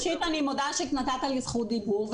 ראשית אני מודה שנתת לי זכות דיבור.